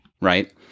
Right